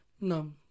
No